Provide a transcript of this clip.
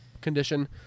condition